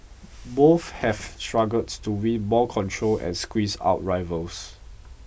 both have struggled to win more control and squeeze out rivals